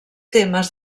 temes